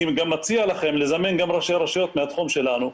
אני גם מציע לכם לזמן גם ראשי רשויות מהתחום שלנו.